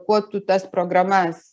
kuo tu tas programas